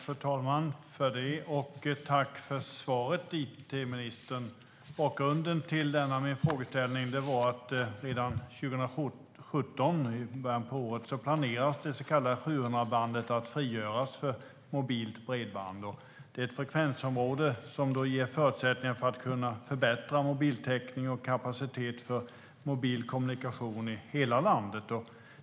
Fru talman! Jag tackar it-ministern för svaret. Jag ska redogöra för bakgrunden till min frågeställning. Redan i början av 2017 planeras det så kallade 700-megahertzbandet att frigöras för mobilt bredband. Detta frekvensområde ger förutsättningar för att kunna förbättra mobiltäckningen och kapaciteten för mobil kommunikation i hela landet.